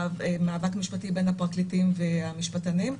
מאבק משפטי בין הפרקליטים והמשפטנים.